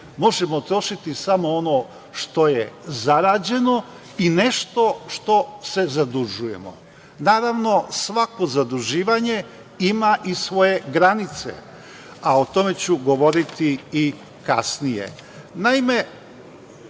Možemo trošiti samo ono što je zarađeno i nešto što se zadužujemo. Naravno, svako zaduživanje ima i svoje granice, a o tome ću govoriti kasnije. Naime,